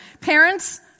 Parents